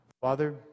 father